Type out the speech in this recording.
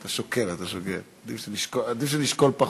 אתה שוקל, אתה שוקל, עדיף שנשקול פחות,